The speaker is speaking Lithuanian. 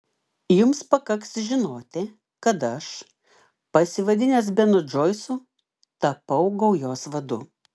jums pakaks žinoti kad aš pasivadinęs benu džoisu tapau gaujos vadu